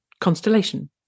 constellation